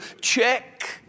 check